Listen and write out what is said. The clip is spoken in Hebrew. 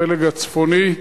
הפלג הצפוני.